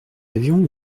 avions